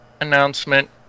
announcement